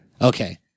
Okay